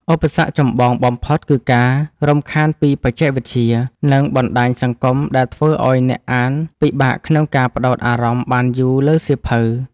ឧបសគ្គចម្បងបំផុត គឺការរំខានពីបច្ចេកវិទ្យា និងបណ្ដាញសង្គមដែលធ្វើឱ្យអ្នកអានពិបាកក្នុងការផ្ដោតអារម្មណ៍បានយូរលើសៀវភៅ។